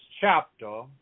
chapter